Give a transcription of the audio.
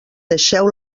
deixeu